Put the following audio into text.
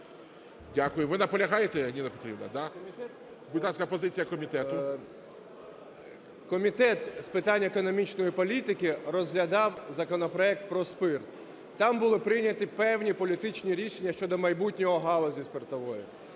Дякую. Ви наполягаєте, Ніна Петрівна, да? Будь ласка, позиція комітету. 11:15:21 ГЕТМАНЦЕВ Д.О. Комітет з питань економічної політики розглядав законопроект про спирт. Там були прийняті певні політичні рішення щодо майбутнього галузі спиртової.